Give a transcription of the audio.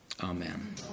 Amen